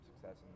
success